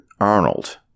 Arnold